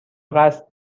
قصد